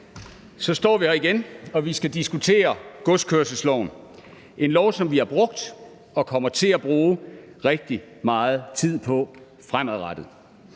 Så står vi her igen, og vi skal diskutere godskørselsloven, en lov, som vi har brugt og kommer til at bruge rigtig meget tid på fremadrettet.